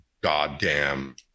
goddamn